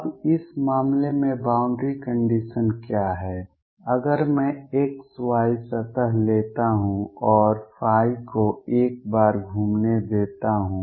अब इस मामले में बाउंड्री कंडीशन क्या है अगर मैं x y सतह लेता हूं और को एक बार घूमने देता हूं